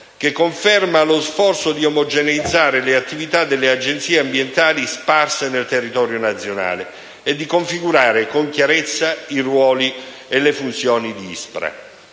che conferma lo sforzo di omogeneizzare le attività delle Agenzie di protezione dell'ambiente sparse nel territorio nazionale e di configurare con chiarezza i ruoli e le funzioni di ISPRA.